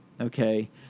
okay